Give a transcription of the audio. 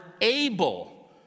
able